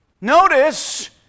notice